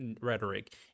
rhetoric